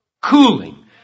cooling